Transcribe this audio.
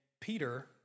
Peter